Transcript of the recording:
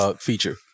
feature